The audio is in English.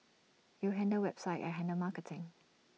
you handle website I handle marketing